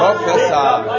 Professor